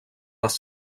les